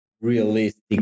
realistic